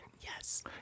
yes